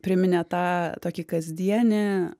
priminė tą tokį kasdienį